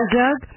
Doug